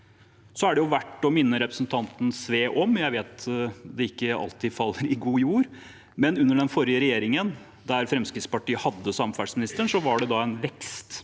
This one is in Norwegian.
Det er verdt å minne representanten Sve om – jeg vet at det ikke alltid faller i god jord – at under den forrige regjeringen, da Fremskrittspartiet hadde samferdselsministeren, var det en vekst